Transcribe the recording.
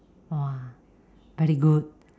!wah! very good